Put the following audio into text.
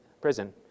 prison